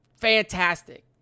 Fantastic